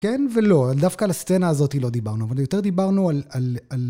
כן ולא, דווקא לסצנה הזאת לא דיברנו, אבל יותר דיברנו על...